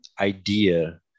idea